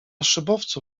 szybowcu